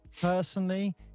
personally